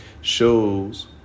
shows